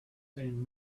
seen